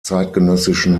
zeitgenössischen